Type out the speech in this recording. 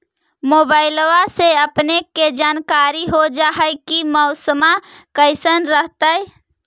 मोबाईलबा से अपने के जानकारी हो जा है की मौसमा कैसन रहतय?